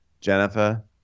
Jennifer